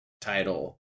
title